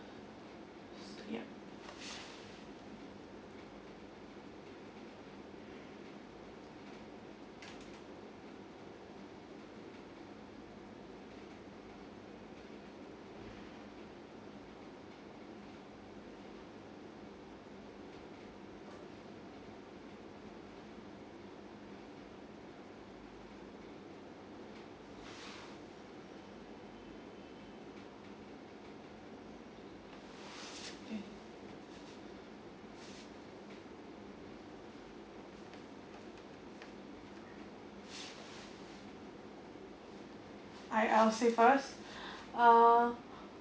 I I'll say first uh